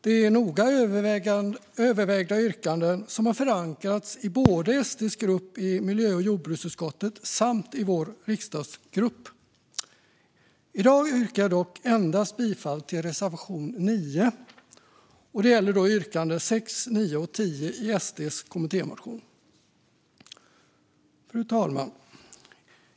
Det är noga övervägda yrkanden som har förankrats både i SD:s grupp i miljö och jordbruksutskottet och i vår riksdagsgrupp. I dag yrkar jag dock endast bifall till reservation 9. Det gäller yrkande 6, 9 och 10 i SD:s kommittémotion. Fru talman!